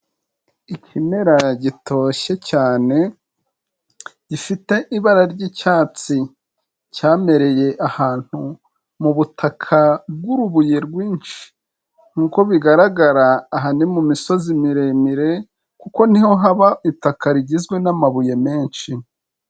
Ikimera gitoshye cyane gifite ibara ry'icyatsi, cyamereye ahantu mu butaka bw'urubuye rwinshi, nk'uko bigaragara aha ni mu misozi miremire kuko niho haba itaka rigizwe n'amabuye menshi.